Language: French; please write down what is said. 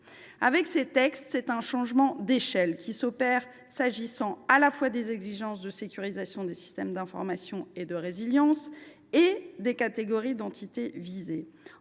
Avec ces textes, c’est un changement d’échelle qui s’opère en ce qui concerne tant les exigences de sécurisation des systèmes d’information et de résilience que les catégories d’entités visées.